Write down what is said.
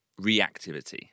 reactivity